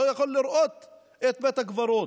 לא יכול לראות את בית הקברות,